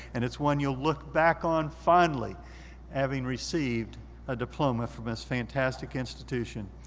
and it's one you'll look back on fondly having received a diploma from this fantastic institution.